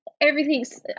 everything's